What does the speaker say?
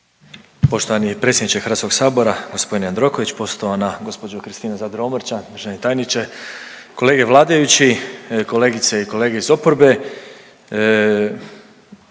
Poštovani predsjedniče HS-a g. Jandroković, poštovana gospođo Kristina Zadro Omrčen, državni tajniče, kolege vladajući, kolegice i kolege iz oporbe.